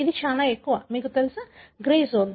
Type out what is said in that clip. ఇది చాలా ఎక్కువ మీకు తెలుసా గ్రే జోన్